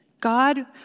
God